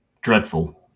dreadful